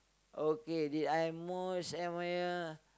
okay did I most admire